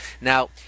Now